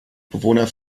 bewohner